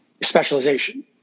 specialization